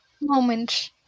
moment